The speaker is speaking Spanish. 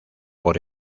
por